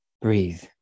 breathe